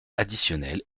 additionnelles